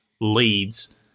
Leads